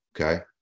Okay